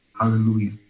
Hallelujah